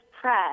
Press